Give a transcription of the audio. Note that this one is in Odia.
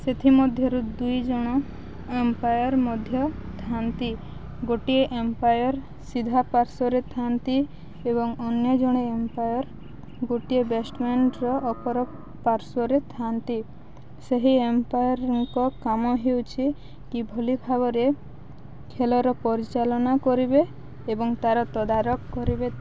ସେଥିମଧ୍ୟରୁ ଦୁଇ ଜଣ ଅମ୍ପାୟାର୍ ମଧ୍ୟ ଥାନ୍ତି ଗୋଟିଏ ଅମ୍ପାୟାର୍ ସିଧା ପାର୍ଶ୍ୱରେ ଥାଆନ୍ତି ଏବଂ ଅନ୍ୟ ଜଣେ ଅମ୍ପାୟାର୍ ଗୋଟିଏ ବ୍ୟାଟ୍ମ୍ୟାନ୍ର ଅପର ପାର୍ଶ୍ୱରେ ଥାଆନ୍ତି ସେହି ଅମ୍ପାୟାର୍ଙ୍କ କାମ ହେଉଛି କିଭଳି ଭାବରେ ଖେଳର ପରିଚାଳନା କରିବେ ଏବଂ ତାର ତଦାରଖ କରିବେ